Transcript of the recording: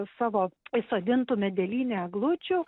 savo įsodintų medelyne eglučių